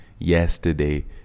yesterday